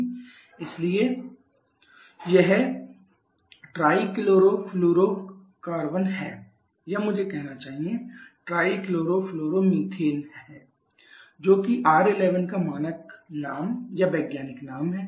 इसलिए R11 ≡ CCl3F यह त्रि क्लोरोफ्लोरोकार्बन है या मुझे कहना चाहिए ट्राइक्लोरोफ्लोरोमीथेन जो कि R11 का मानक नाम या वैज्ञानिक नाम है